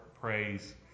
praise